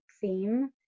theme